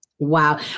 Wow